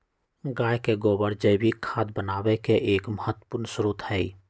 गाय के गोबर जैविक खाद बनावे के एक महत्वपूर्ण स्रोत हई